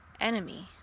enemy